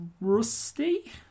Rusty